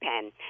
pen